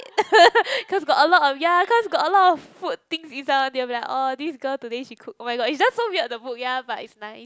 cause got a lot of ya cause got a lot of food things inside one they'll be like orh this girl today she cook oh-my-god is just so weird the book ya but it's nice